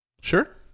sure